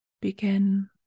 Begin